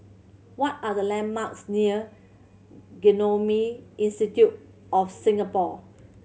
what are the landmarks near Genome Institute of Singapore